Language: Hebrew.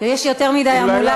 יש יותר מדי המולה.